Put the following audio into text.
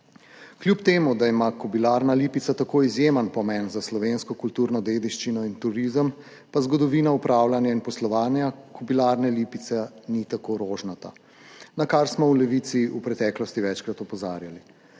Kljub temu, da ima Kobilarna Lipica tako izjemen pomen za slovensko kulturno dediščino in turizem, pa zgodovina upravljanja in poslovanja Kobilarne Lipica ni tako rožnata, na kar smo v Levici v preteklosti večkrat opozarjali.